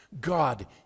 God